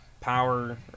power